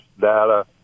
data